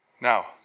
Now